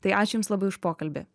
tai ačiū jums labai už pokalbį